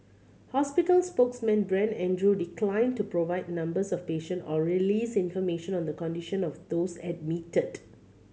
hospital spokesman Brent Andrew declined to provide numbers of patient or release information on the condition of those admitted